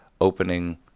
opening